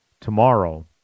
tomorrow